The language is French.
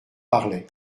parlait